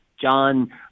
John